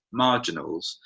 marginals